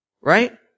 right